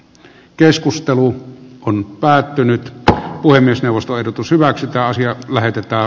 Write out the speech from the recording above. keskustelu on päättynyt että puhemiesneuvosto ehdotus hyväksytä asia lähetetään